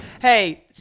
Hey